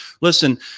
listen